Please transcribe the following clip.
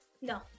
No